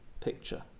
picture